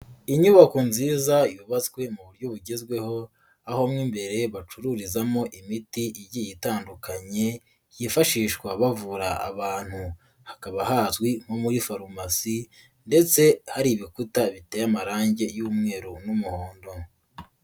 Inyubako nziza yubatswe mu buryo bugezweho, aho mo imbere bacururizamo imiti igiye itandukanye, yifashishwa bavura abantu. Hakaba hazwi nko muri farumasi ndetse hari ibikuta biteye amarangi y'umweru n'umuhondo.